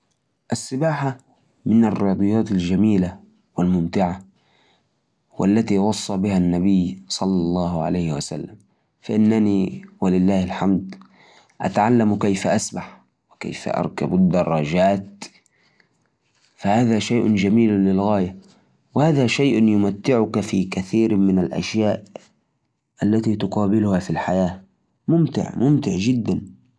نعم، أستطيع السباحة وركوب الدراجات. تعلمت السباحة تقريباً في سن الثمانية، واستغرقت حوالي شهرين لأتعلمها بشكل جيد. أما ركوب الدراجات تعلمت في سن السابعة، واستغرقت الأمر مني أيضاً شهر. تقريباً، كانت تجارب ممتعة.